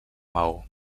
maó